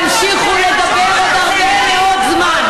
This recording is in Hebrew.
תמשיכו לדבר עוד הרבה מאוד זמן.